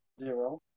zero